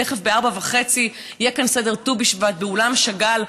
תכף ב-16:30 יהיה כאן סדר ט"ו בשבט באולם שאגאל,